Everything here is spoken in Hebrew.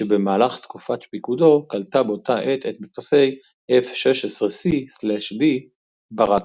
שבמהלך תקופת פיקודו קלטה באותה עת את מטוסי ה-F-16C/D "ברק".